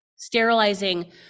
Sterilizing